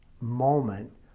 moment